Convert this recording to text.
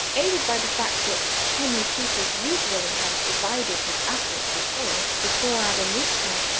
aided by the fact that henry peters usually had divided his apples with polly before adam reached her,